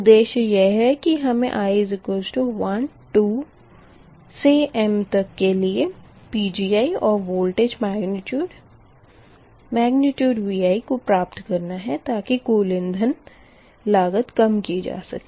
उद्देश्य यह है की हमें i12m के लिए Pgi और वोल्टेज मेग्निट्यूड Vi को प्राप्त करना है ताकी कुल इंधन लागत कम की जा सके